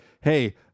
Hey